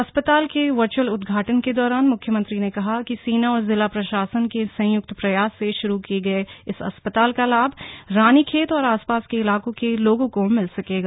अस्पताल के वर्चुअल उद्घाटन के दौरान मुख्यमंत्री ने कहा कि सेना और जिला प्रशासन के संयुक्त प्रयास से शुरू किए गए इस अस्पताल का लाभ रानीखेत और आसपास के इलाकों के लोगों को मिल सकेगा